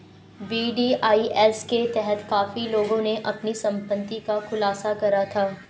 VDIS के तहत काफी लोगों ने अपनी संपत्ति का खुलासा करा था